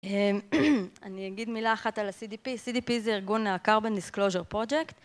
אני אגיד מילה אחת על ה-CDP. CDP זה ארגון Carbon Disclosure Project.